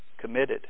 committed